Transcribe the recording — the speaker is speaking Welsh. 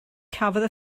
cafodd